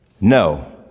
No